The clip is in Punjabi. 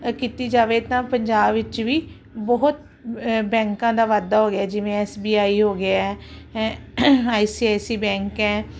ਕੀਤੀ ਜਾਵੇ ਤਾਂ ਪੰਜਾਬ ਵਿੱਚ ਵੀ ਬਹੁਤ ਬੈਂਕਾਂ ਦਾ ਵਾਧਾ ਹੋ ਗਿਆ ਜਿਵੇਂ ਐਸਬੀਆਈ ਹੋ ਗਿਆ ਆਈਸੀਆਈਸੀ ਬੈਂਕ ਐ